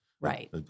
right